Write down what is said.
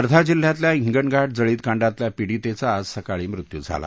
वर्धा जिल्ह्यातल्या हिंगणघाट जळितकांडातल्या पीडितेचा आज सकाळी मृत्यू झाला